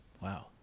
Wow